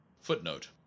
Footnote